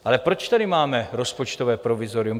Ale proč tady máme rozpočtové provizorium?